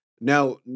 Now